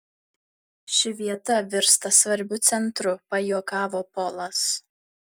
ši vieta virsta svarbiu centru pajuokavo polas